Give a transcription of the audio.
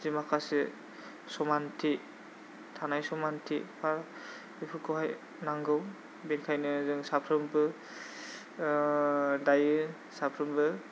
जे माखासे समानथि थानाय समानथि बा बेफोरखौहाय नांगौ बेखायनो जों साफ्रोमबो दायो साफ्रोमबो